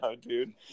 dude